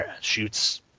shoots